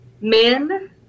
men